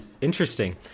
Interesting